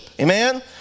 Amen